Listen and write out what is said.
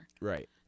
Right